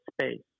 space